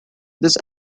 this